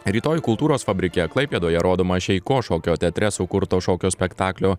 rytoj kultūros fabrike klaipėdoje rodoma šeiko šokio teatre sukurto šokio spektaklio